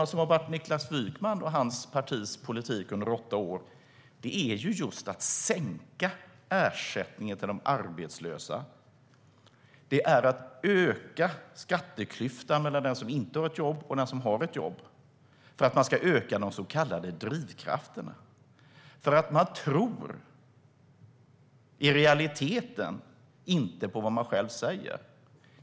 Det som har varit Niklas Wykmans och hans partis politik under åtta år är just att sänka ersättningen till de arbetslösa. Det är att öka skatteklyftan mellan den som inte har ett jobb och den som har ett jobb i syfte att öka de så kallade drivkrafterna. Man tror nämligen i realiteten inte på vad man själv säger.